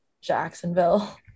jacksonville